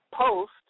Post